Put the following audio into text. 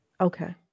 okay